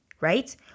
right